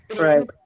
right